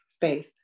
faith